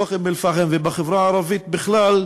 מתוך אום-אלפחם ובחברה הערבית בכלל,